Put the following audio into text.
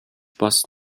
бас